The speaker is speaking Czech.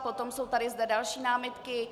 Potom jsou tady další námitky.